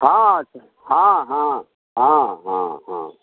हँ तऽ हँ हँ हँ हँ हँ